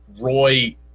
Roy